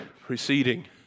preceding